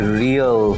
real